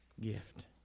gift